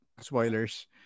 spoilers